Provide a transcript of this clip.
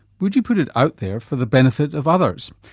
would you put it out there for the benefit of others?